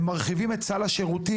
הם מרחיבים את סל השירותים,